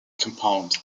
compounds